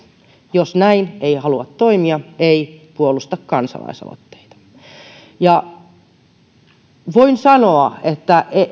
jos näin ei halua toimia ei puolusta kansalaisaloitteita voin sanoa että